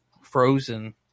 frozen